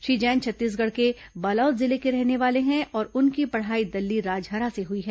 श्री जैन छत्तीसगढ़ के बालोद जिले के रहने वाले हैं और उनकी पढ़ाई दल्लीराजहरा से हई है